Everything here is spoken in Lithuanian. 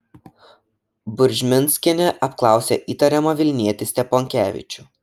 buržminskienė apklausė įtariamą vilnietį steponkevičių